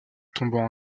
tombant